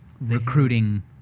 recruiting